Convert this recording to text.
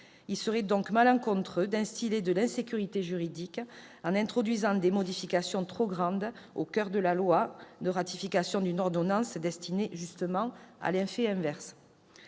il serait malencontreux d'instiller de l'insécurité juridique, en introduisant des modifications trop grandes au coeur de la loi de ratification d'une ordonnance, justement destinée à l'effet inverse.